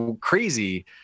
crazy